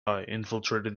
infiltrated